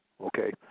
okay